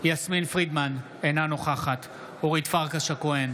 יסמין פרידמן, אינה נוכחת אורית פרקש הכהן,